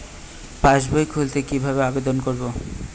পাসবই খুলতে কি ভাবে আবেদন করব?